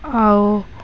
ଆଉ